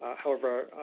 however,